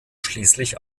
schließlich